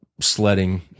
sledding